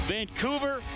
Vancouver